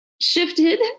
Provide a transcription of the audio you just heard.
shifted